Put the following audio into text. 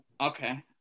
Okay